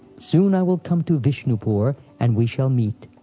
soon i will come to vishnupur and we shall meet.